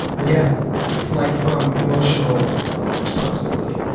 yeah. that's a flight from emotional responsibility.